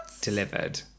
delivered